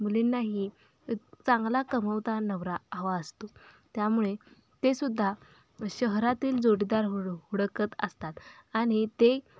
मुलींनाही चांगला कमवता नवरा हवा असतो त्यामुळे तेसुद्धा शहरातील जोडीदार हुडकत असतात आणि ते